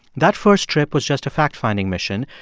that first trip was just a fact-finding mission,